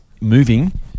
moving